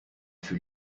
fut